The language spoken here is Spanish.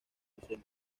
vicente